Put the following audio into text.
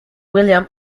william